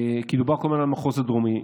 כי דובר קודם על המחוז הדרומי.